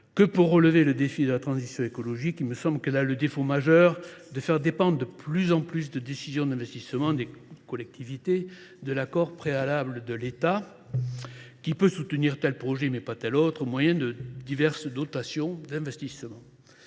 que pour relever le défi de la transition écologique, il me semble qu’elle a le défaut majeur de faire dépendre de plus en plus de décisions d’investissement des collectivités de l’accord préalable de l’État. Or l’État peut soutenir tel projet, mais pas tel autre, au moyen de diverses dotations d’investissement.